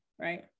right